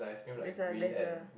that's a that's a